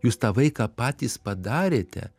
jūs tą vaiką patys padarėte